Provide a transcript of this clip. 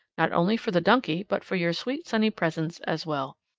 not only for the donkey, but for your sweet sunny presence as well.